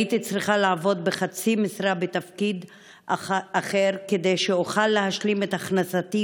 הייתי צריכה לעבוד בחצי משרה בתפקיד אחר כדי שאוכל להשלים את הכנסתי,